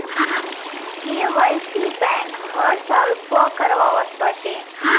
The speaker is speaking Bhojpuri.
के.वाई.सी बैंक हर साल पअ करावत बाटे